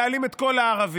להעלים את כל הערבים.